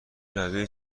لبه